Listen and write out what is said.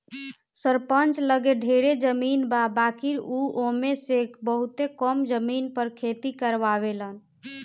सरपंच लगे ढेरे जमीन बा बाकिर उ ओमे में से बहुते कम जमीन पर खेती करावेलन